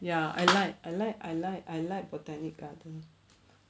ya I like I like I like I like botanic garden